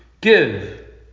Give